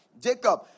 Jacob